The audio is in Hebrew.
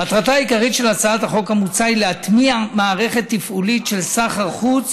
מטרתה העיקרית של הצעת החוק היא להטמיע מערכת תפעולית של סחר חוץ